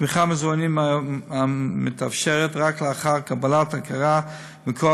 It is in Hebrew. התמיכה במוזאונים מתאפשרת רק לאחר קבלת הכרה מכוח